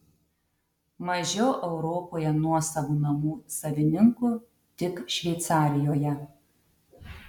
mažiau europoje nuosavų namų savininkų tik šveicarijoje